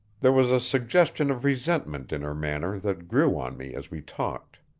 there was a suggestion of resentment in her manner that grew on me as we talked.